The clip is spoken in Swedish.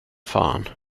fan